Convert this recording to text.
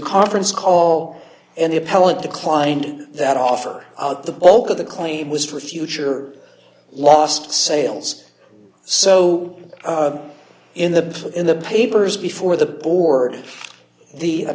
conference call and the appellant declined that offer the bulk of the claim was for future lost sales so in the in the papers before the board the